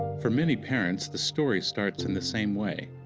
for many parents the story starts in the same way,